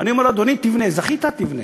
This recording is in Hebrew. אני אומר לו: אדוני, זכית, תבנה.